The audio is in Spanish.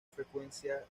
frecuencia